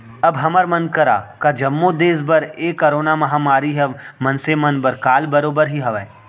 अब हमर मन करा का जम्मो देस बर ए करोना महामारी ह मनसे मन बर काल बरोबर ही हावय